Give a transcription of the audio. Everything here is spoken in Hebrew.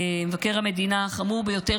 המדינה חמור ביותר,